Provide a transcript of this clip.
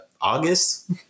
August